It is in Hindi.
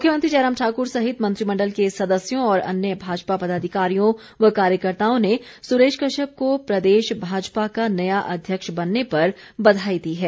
मुख्यमंत्री जयराम ठाकुर सहित मंत्रिमण्डल के सदस्यों और अन्य भाजपा पदाधिकारियों व कार्यकर्ता ने सुरेश कश्यप को प्रदेश भाजपा का नया अध्यक्ष बनने पर बधाई दी है